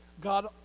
God